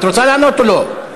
את רוצה לענות או לא?